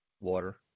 water